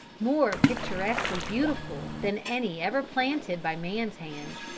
more picturesquely beautiful than any ever planted by man's hand,